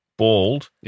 bald